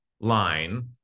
line